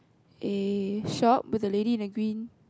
(a) shop with the lady in the green